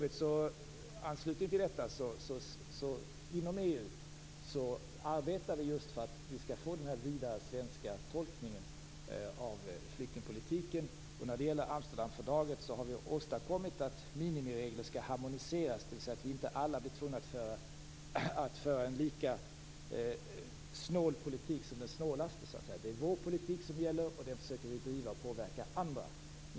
I anslutning till detta arbetar vi för övrigt inom EU just för att få den här vida svenska tolkningen av flyktingpolitiken. När det gäller Amsterdamfördraget har vi åstadkommit att minimiregler skall harmoniseras, dvs. att inte alla blir tvungna att föra en lika snål politik som den snålaste. Det är vår politik som gäller, och den försöker vi driva och påverka andra till.